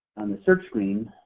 on the search screen,